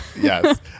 Yes